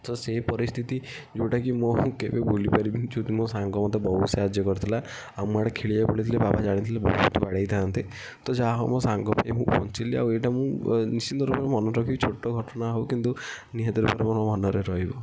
ତ ସେ ପରିସ୍ଥିତି ଯେଉଁଟା କି ମୋର କେବେ ଭୁଲିପାରିବିନି ମୋ ସାଙ୍ଗ ମୋତେ ବହୁତ ସାହାଯ୍ୟ କରିଥିଲା ଆଉ ମୁଁ ଆଡ଼େ ଖେଳିବାକୁ ପଳାଇଥିଲି ବାବା ଜାଣିଥିଲେ ବହେ ମୋତେ ବାଡ଼େଇଥାନ୍ତେ ତ ଯା ହେଉ ମୋ ସାଙ୍ଗପାଇଁ ମୁଁ ବଞ୍ଚିଲି ଏଇଟା ମୁଁ ନିଶ୍ଚିନ୍ତଭାବେ ମନେ ରଖିବି ଛୋଟ ଘଟଣା ହେଉ କିନ୍ତୁ ନିହାତି ଭାବରେ ମୋ ମନରେ ରହିବ